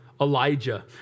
Elijah